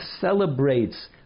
celebrates